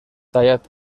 tallat